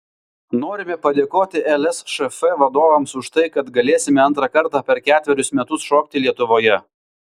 norime padėkoti lsšf vadovams už tai kad galėsime antrą kartą per ketverius metus šokti lietuvoje